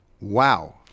Wow